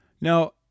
Now